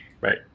right